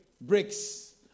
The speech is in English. bricks